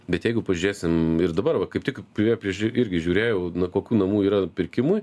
bet jeigu pažiūrėsim ir dabar va kaip tik priė prie irgi žiūrėjau na kokių namų yra pirkimui